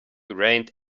rained